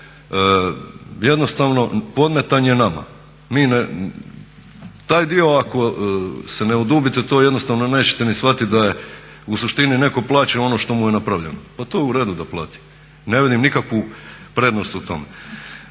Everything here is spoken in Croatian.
jednostavno podmetanje nama. Taj dio ako se ne udubite u to jednostavno nećete ni shvatiti da je u suštini netko plaća ono što mu je napravljeno. Pa to je uredu da plati, ne vidim nikakvu prednost u tome.